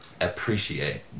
appreciate